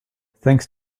thanks